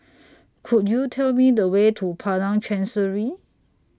Could YOU Tell Me The Way to Padang Chancery